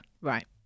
Right